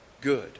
good